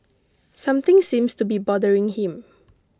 something seems to be bothering him